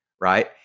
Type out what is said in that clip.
Right